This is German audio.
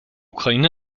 ukraine